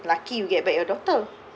lucky you get back your daughter